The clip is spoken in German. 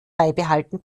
beibehalten